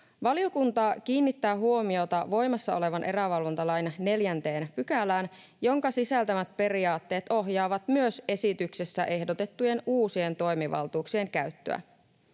Valiokunta kiinnittää huomiota voimassa olevan erävalvontalain 4 §:ään, jonka sisältämät periaatteet ohjaavat myös esityksessä ehdotettujen uusien toimivaltuuksien käyttöä.